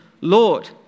Lord